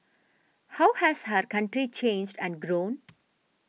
how has our country changed and grown